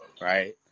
right